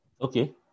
Okay